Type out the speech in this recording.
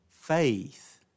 Faith